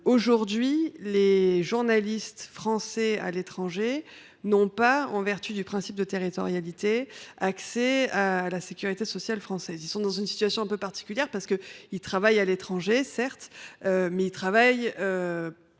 la question. Les journalistes français à l’étranger n’ont pas, en vertu du principe de territorialité, accès à la sécurité sociale française. Ils sont dans une situation un peu particulière : certes, ils exercent à l’étranger, mais ils travaillent